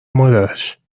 مادرش